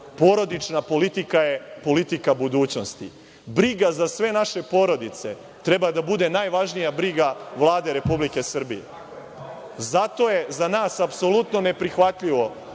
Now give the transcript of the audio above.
porodična politika je politika budućnosti. Briga za sve naše porodice treba da bude najvažnija briga Vlade Republike Srbije. Zato je za nas apsolutno neprihvatljivo